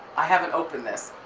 i haven't opened this,